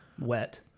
wet